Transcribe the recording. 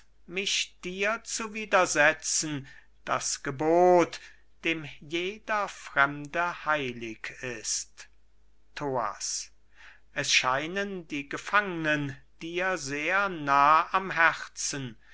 mich dir zu widersetzen das gebot dem jeder fremde heilig ist thoas es scheinen die gefangnen dir sehr nah am herzen